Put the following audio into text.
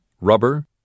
rubber